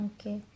Okay